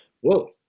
Whoa